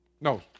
No